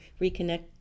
reconnect